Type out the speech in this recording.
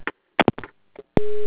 ya correct